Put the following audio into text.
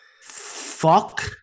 Fuck